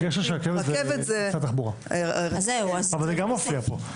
גשר של רכבת זה משרד התחבורה, זה גם מופיע פה.